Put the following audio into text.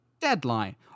deadline